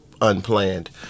unplanned